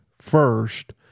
first